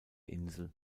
insel